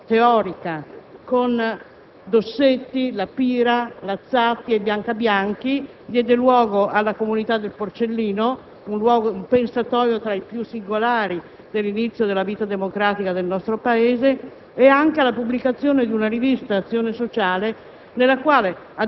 Questo atteggiamento portò anche nell'azione politica e politico-teorica. Con Dossetti, La Pira, Lazzati e Laura Bianchini, diede luogo alla «Comunità del Porcellino», un pensatoio tra i più singolari dell'inizio della vita democratica del nostro Paese,